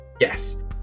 Yes